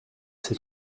c’est